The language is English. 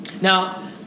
Now